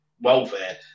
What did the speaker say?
welfare